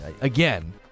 Again